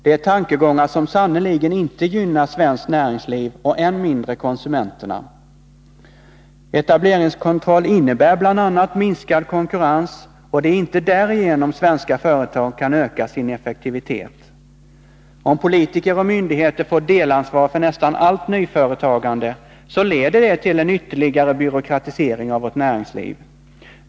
Det är tankegångar som sannerligen inte gynnar svenskt näringsliv och än mindre konsumenterna. Etableringskontroll innebär bl.a. minskad konkurrens, och det är inte därigenom svenska företag kan öka sin effektivitet. Om politiker och myndigheter får delansvar för nästan allt nyföretagande leder det till en ytterligare byråkratisering av vårt näringsliv.